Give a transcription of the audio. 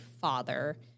father